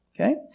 Okay